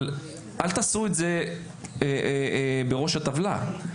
אבל אל תעשו את זה בראש הטבלה.